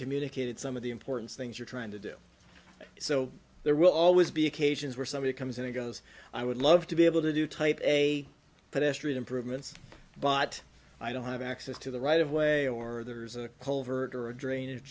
communicated some of the important things you're trying to do so there will always be occasions where somebody comes and goes i would love to be able to do type a pedestrian improvements but i don't have access to the right of way or there's a covert or a drainage